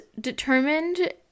determined